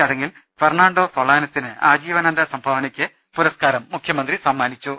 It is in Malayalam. ചടങ്ങിൽ ഫെർണാണ്ടോ സോളാനസിന് ആജീവനാന്ത സംഭാവനയ്ക്ക് പുര സ്കാരം മുഖ്യമന്ത്രി സമ്മാനിച്ചു